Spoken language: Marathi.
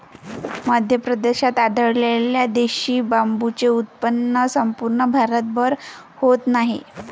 मध्य प्रदेशात आढळलेल्या देशी बांबूचे उत्पन्न संपूर्ण भारतभर होत नाही